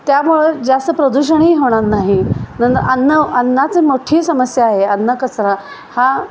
त्यामुळे जास्त प्रदूषणही होणार नाही नंतर अन्न अन्नाची मो्ठी समस्या आहे अन्न कचरा हा